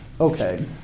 Okay